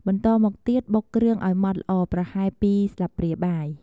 បន្តមកទៀត បុកគ្រឿងឱ្យម៉ដ្ឋល្អប្រហែល ២ ស្លាបព្រាបាយ។